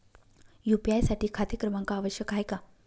UPI साठी खाते क्रमांक आवश्यक आहे का?